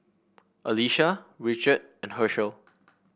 Alisha Richard and Hershell